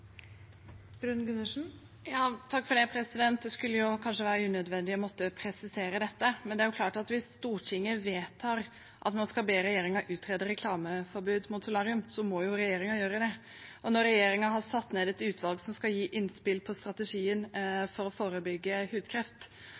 Det skulle kanskje være unødvendig å måtte presisere dette, men det er klart at hvis Stortinget vedtar at man skal be regjeringen utrede reklameforbud mot solarium, må jo regjeringen gjøre det. Når regjeringen har satt ned et utvalg som skal gi innspill på strategien for å